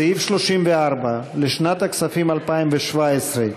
סעיף 34 לשנת הכספים 2017,